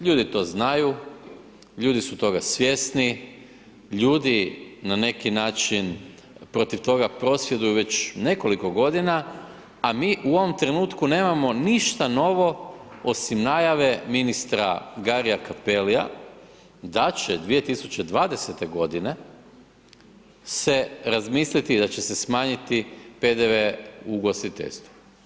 Ljudi to znaju, ljudi su toga svjesni, ljudi na neki način protiv toga prosvjeduju već nekoliko godina, a mi u ovom trenutku nemamo ništa novo osim najave ministra Gari-ja Cappelli-ja da će 2020. godine se razmisliti i da će se smanjiti PDV u ugostiteljstvu.